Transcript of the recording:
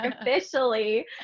officially